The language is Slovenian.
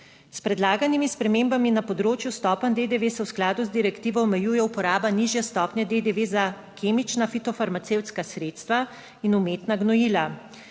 S predlaganimi spremembami na področju stopenj DDV se v skladu z direktivo omejuje uporaba nižje stopnje DDV za kemična fitofarmacevtska sredstva in umetna gnojila,